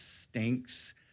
stinks